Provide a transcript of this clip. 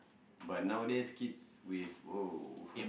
but nowadays kids with !wow!